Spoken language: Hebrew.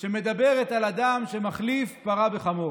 שמדברת על אדם שמחליף פרה בחמור.